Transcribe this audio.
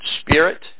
spirit